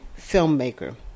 filmmaker